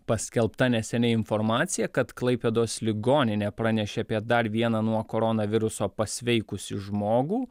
paskelbta neseniai informacija kad klaipėdos ligoninė pranešė apie dar vieną nuo koronaviruso pasveikusį žmogų